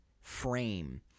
frame